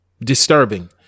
disturbing